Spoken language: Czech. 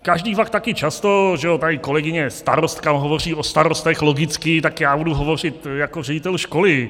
Každý pak taky často tady kolegyně starostka hovoří o starostech, logicky, tak já budu hovořit jako ředitel školy.